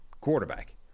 quarterback